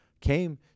came